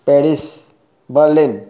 Paris Berlin